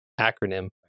acronym